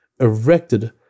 erected